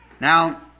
Now